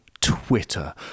Twitter